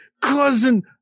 cousin